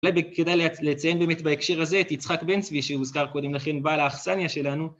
אולי כדאי לציין באמת בהקשר הזה את יצחק בן צבי שהוזכר קודם לכן, בעל האכסניה שלנו